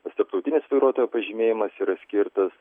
tas tarptautinis vairuotojo pažymėjimas yra skirtas